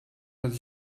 dass